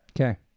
Okay